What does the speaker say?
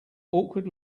awkward